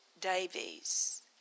Davies